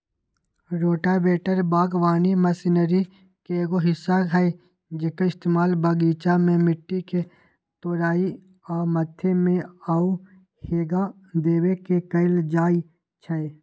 rotavator बगवानी machinery के एगो हिस्सा हई जेक्कर इस्तेमाल बगीचा में मिट्टी के तोराई आ मथे में आउ हेंगा देबे में कएल जाई छई